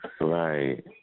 Right